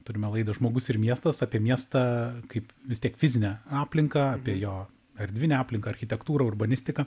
turime laidos žmogus ir miestas apie miestą kaip vis tiek fizinę aplinką apie jo erdvinę aplinką architektūrą urbanistiką